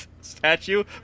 statue